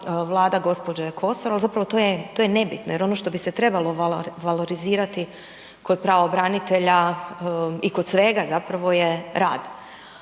Vlada gđe. Kosor ali zapravo to je nebitno jer ono što bi se trebalo valorizirati kod pravobranitelja i kod svega zapravo je rad